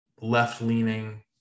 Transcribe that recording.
left-leaning